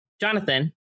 Jonathan